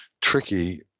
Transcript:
tricky